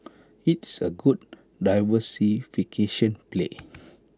it's A good diversification play